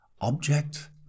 Object